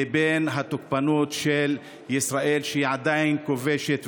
לבין התוקפנות של ישראל, שהיא עדיין כובשת.